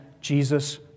Jesus